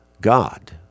God